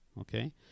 Okay